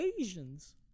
Asians